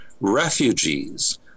refugees